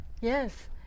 Yes